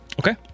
Okay